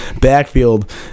backfield